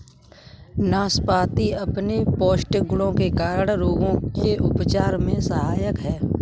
नाशपाती अपने पौष्टिक गुणों के कारण रोगों के उपचार में सहायक है